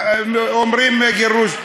אומרים "גירוש".